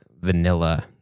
vanilla